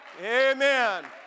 Amen